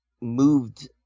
moved